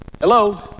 Hello